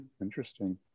interesting